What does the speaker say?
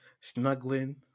Snuggling